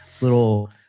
little